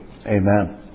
Amen